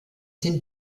sind